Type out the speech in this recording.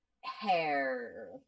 hair